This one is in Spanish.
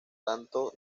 tanto